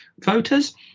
voters